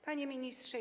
Panie Ministrze!